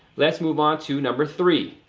let's move on to number three.